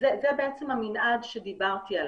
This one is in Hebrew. וזה בעצם המנעד עליו דיברתי.